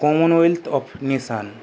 commonwealth of nation